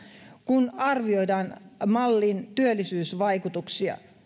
kun arvioidaan mallin työllisyysvaikutuksia